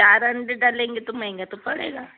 चार अंडे डालेंगे तो महँगा तो पड़ेगा